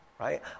right